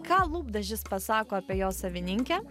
ką lūpdažis pasako apie jo savininkę